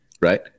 right